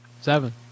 seven